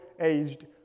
aged